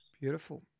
Beautiful